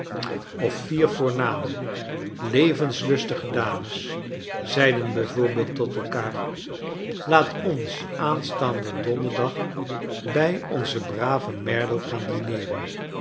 of vier voorname levenslustige dames zeiden b v tot elkaar laat ons a s d onder dag bij onzen braven merdle gaan dineeren